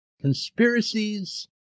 conspiracies